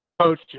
Coach